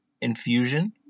Infusion